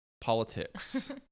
politics